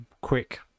quick